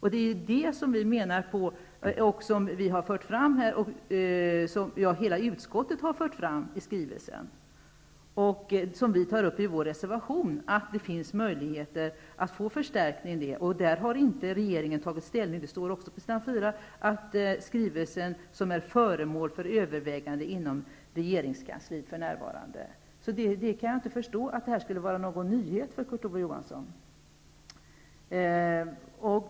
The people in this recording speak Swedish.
Hela utskottet har i sin skrivelse fört fram -- och vi har tagit upp det i vår reservation -- att det finns möjligheter till förstärkning på det sättet. Regeringen har inte tagit ställning, och det står också på s. 4 att skrivelsen för närvarande är föremål för övervägande inom regeringskansliet. Så jag kan inte förstå att det skulle vara någon nyhet för Kurt Ove Johansson.